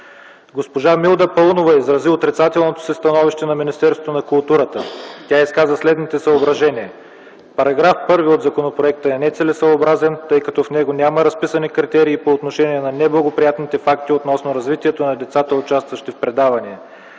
Госпожа Милда Паунова изрази отрицателното становище на Министерство на културата. Тя изказа следните съображения: § 1 от законопроекта е нецелесъобразен, тъй като в него няма разписани критерии по отношение на неблагоприятните факти, относно развитието на децата, участващи в предавания.